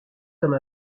comme